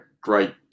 great